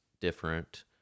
different